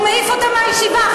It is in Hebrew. הוא מעיף אותם מהישיבה,